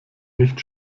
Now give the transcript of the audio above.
nicht